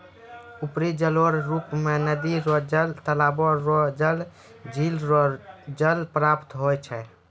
उपरी जलरो रुप मे नदी रो जल, तालाबो रो जल, झिल रो जल प्राप्त होय छै